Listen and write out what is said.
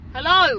Hello